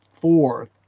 fourth